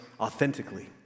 authentically